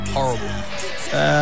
horrible